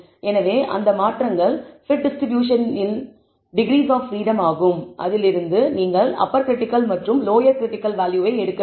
எனவே அந்த மாற்றங்கள் t டிஸ்ட்ரிபியூஷன் இன் டிகிரீஸ் ஆப் பிரீடம் ஆகும் அதில் இருந்து நீங்கள் அப்பர் க்ரிட்டிக்கல் மற்றும் லோயர் க்ரிட்டிக்கல் வேல்யூவை எடுக்க வேண்டும்